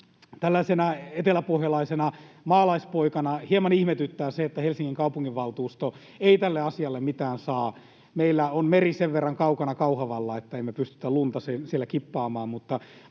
eteläpohjalaisena maalaispoikana hieman ihmetyttää se, että Helsingin kaupunginvaltuusto ei tälle asialle mitään saa aikaiseksi. Meillä on meri sen verran kaukana Kauhavalla, että emme pysty lunta siellä kippaamaan,